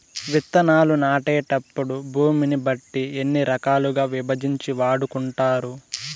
విత్తనాలు నాటేటప్పుడు భూమిని బట్టి ఎన్ని రకాలుగా విభజించి వాడుకుంటారు?